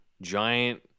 Giant